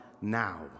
now